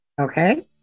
Okay